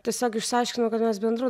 tiesiog išsiaiškino kad mes bendrų